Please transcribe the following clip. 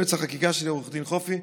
יועץ החקיקה שלי, עו"ד חופי.